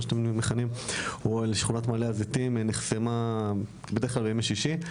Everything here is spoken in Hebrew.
מה שאתם מכנים או לשכונת מעלה הזיתים נחסמה בדרך כלל בימי שישי.